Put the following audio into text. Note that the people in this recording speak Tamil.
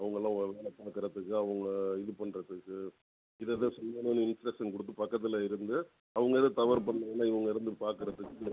அவங்கள்லாம் ஒழுங்கா பார்க்கறதுக்கு அவங்க இது பண்ணுறதுக்கு இதை இதை சொல்லி இன்ஸ்ட்ரக்ஷன் கொடுத்துப் பக்கத்தில் இருந்து அவங்க எதுவும் தவறு பண்ணாங்கன்னாள் இவங்க இருந்து பார்க்கறதுக்கு